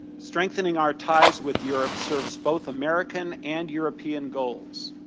strengthening our ties with europe serves both american and european goals.